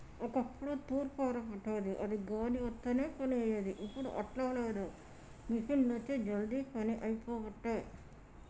ఒక్కప్పుడు తూర్పార బట్టేది అది గాలి వత్తనే పని అయ్యేది, ఇప్పుడు అట్లా లేదు మిషిండ్లొచ్చి జల్దీ పని అయిపోబట్టే